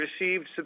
received